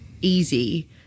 easy